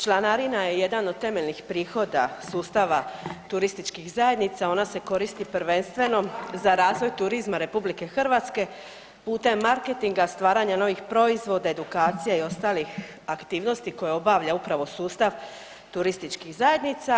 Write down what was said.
Članarina je jedan od temeljnih prihoda sustava turističkih zajednica ona se koristi prvenstveno za razvoj turizma RH putem marketinga, stvaranja novih proizvoda, edukacija i ostalih aktivnosti koje obavlja upravo sustav turističkih zajednica.